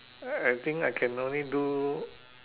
I think I can only do